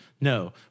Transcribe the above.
No